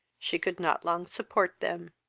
she could not long support them.